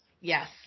yes